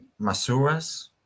Masuras